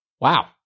wow